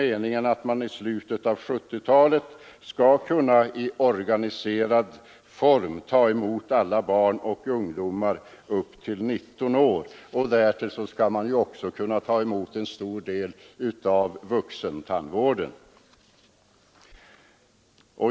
Meningen är också att vi i slutet av 1970-talet i organiserad form skall kunna ta emot alla barn och ungdomar upp till 19 år samt dessutom en stor del av vuxentandvården.